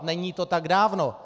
Není to tak dávno.